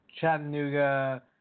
Chattanooga